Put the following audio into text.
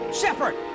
Shepard